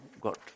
got